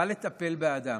בא לטפל באדם,